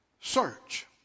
search